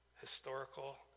historical